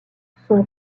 son